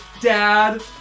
Dad